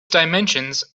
dimensions